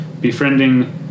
befriending